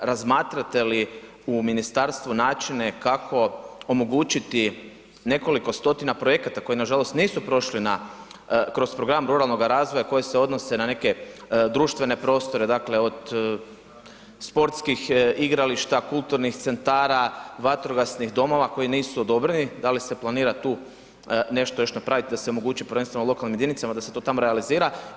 Razmatrate li u ministarstvu načine kako omogućiti nekoliko stotina projekata koji nažalost nisu prošli kroz program ruralnog razvoja koji se odnose na neke društvene prostore, dakle od sportskih igrališta, kulturnih centara, vatrogasnih domova koji nisu odobreni, da li se planira tu nešto još napraviti da se omogući prvenstveno lokalnim jedinicama da se to tamo realizira.